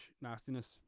nastiness